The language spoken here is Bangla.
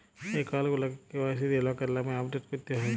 একাউল্ট গুলাকে কে.ওয়াই.সি দিঁয়ে লকের লামে আপডেট ক্যরতে হ্যয়